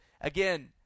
again